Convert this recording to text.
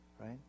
right